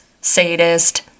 sadist